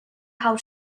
how